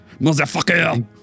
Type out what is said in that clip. motherfucker